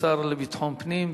לשר לביטחון פנים.